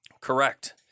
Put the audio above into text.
Correct